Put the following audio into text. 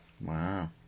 Wow